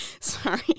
sorry